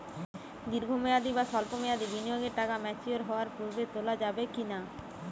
দীর্ঘ মেয়াদি বা সল্প মেয়াদি বিনিয়োগের টাকা ম্যাচিওর হওয়ার পূর্বে তোলা যাবে কি না?